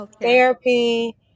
therapy